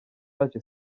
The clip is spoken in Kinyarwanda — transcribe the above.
yacu